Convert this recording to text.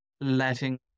letting